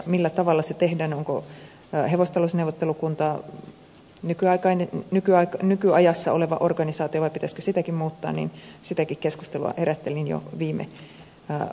millä tavalla se tehdään onko hevostalousneuvottelukunta nykyajassa oleva organisaatio vai pitäisikö sitäkin muuttaa sitäkin keskustelua herättelin jo viime vuonna